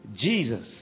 Jesus